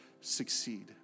succeed